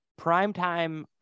primetime